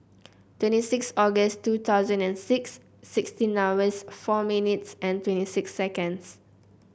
twenty six August two thousand and six sixteen hours four minutes and twenty six seconds